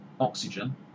oxygen